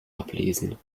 ablesen